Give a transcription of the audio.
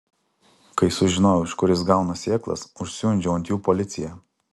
kai sužinojau iš kur jis gauna sėklas užsiundžiau ant jų policiją